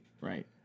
Right